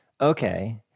Okay